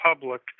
public